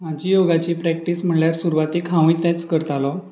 म्हजी योगाची प्रॅक्टीस म्हणल्यार सुरवातीक हांवूय तेंच करतालो